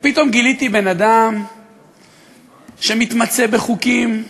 ופתאום גיליתי בן-אדם שמתמצא בחוקים,